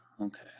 Okay